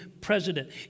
president